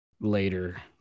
later